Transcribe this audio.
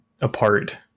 apart